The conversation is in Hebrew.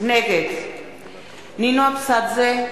נגד נינו אבסדזה,